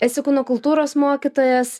esi kūno kultūros mokytojas